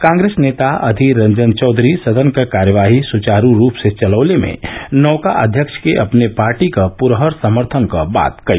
कांग्रेस नेता अधीर रंजन चौधरी ने सदन की कार्यवाही सुचारू रूप से चलाने में नए अध्यक्ष को अपनी पार्टी के पूरे समर्थन की बात कही